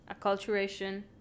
acculturation